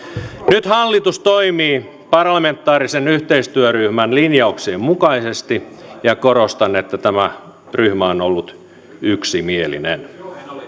nyt hallitus toimii parlamentaarisen yhteistyöryhmän linjauksien mukaisesti ja korostan että tämä ryhmä on ollut yksimielinen